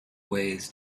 ways